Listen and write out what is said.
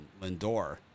Lindor